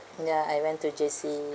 ya I went to J_C